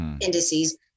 indices